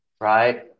right